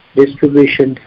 distribution